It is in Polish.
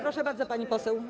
Proszę bardzo, pani poseł.